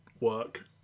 work